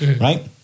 Right